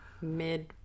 mid